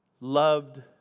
loved